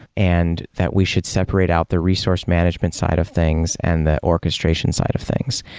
and that we should separate out the resource management side of things and the orchestration side of things,